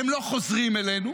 הם לא חוזרים אלינו,